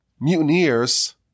mutineers